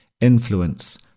influence